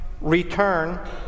return